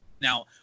Now